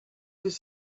could